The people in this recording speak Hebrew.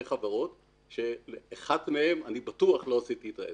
חברות שעם אחת מהן אני בטוח שלא עשיתי אתה עסק.